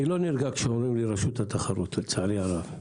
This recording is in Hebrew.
אני לא נרגע כשאומרים לי רשות התחרות, לצערי הרב.